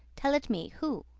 tell it me, who?